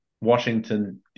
Washington